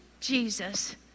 Jesus